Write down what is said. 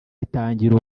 bitangira